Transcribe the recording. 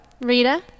Rita